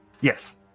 Yes